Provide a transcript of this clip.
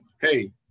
hey